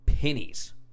pennies